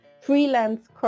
freelance